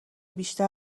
بیشتر